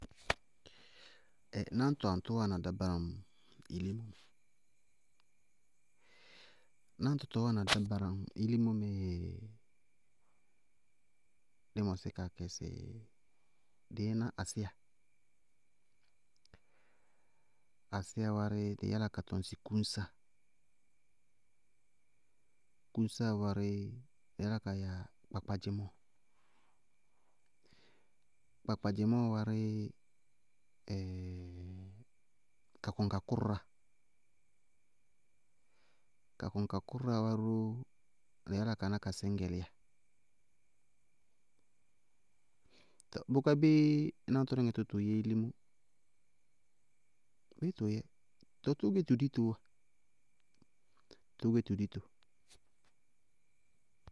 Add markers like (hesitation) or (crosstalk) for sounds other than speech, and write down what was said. Náñtɔ aŋtʋ wáana dabaram ilimó? Náñtɔ tɔɔ wáana dabaram ilimó mɛɛ dzɛ dí mɔsɩ ka kɩsɩ, dɩí ná asíya, ásiyá wárí dɩí yála ka tʋŋ sɩ kʋñsáa, kʋñsáa wárí dɩí yála ka ya kpakpadzɩmɔɔ, kpakpadzɩmɔɔ wárɩ, (hesitation) kakʋŋkakʋrʋráa, kakʋŋkakʋrʋráa wárɩ ró dɩí yála ka ná kasíñgɛlíya. Tɔɔ bʋká béé náñtɔnɩŋɛ tʋ, tʋʋ yɛ ilimó? Béé tʋʋ yɛ? Tʋwɛ tʋʋ gɛ tʋ ditoó wá, tʋʋ gɛ tʋ dito.